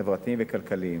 חברתיים וכלכליים,